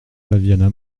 flaviana